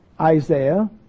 Isaiah